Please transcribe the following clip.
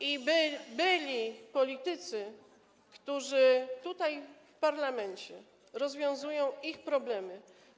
i żeby byli politycy, którzy tutaj w parlamencie rozwiązują ich problemy.